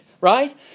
right